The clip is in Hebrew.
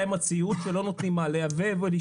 אפשר